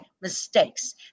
mistakes